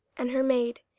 and her maid.